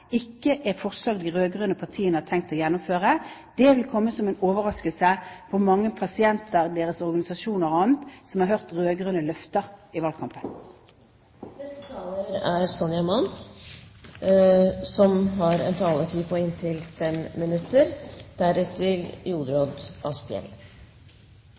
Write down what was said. ikke er forslag de rød-grønne partiene har tenkt å gjennomføre. Det vil komme som en overraskelse på mange pasienter, deres organisasjoner og andre som har hørt rød-grønne løfter i valgkampen. Samhandlingsreformen er omfattende og etter min mening ganske konkret. Et av feltene som vi er nødt til å lykkes på,